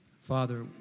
Father